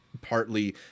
partly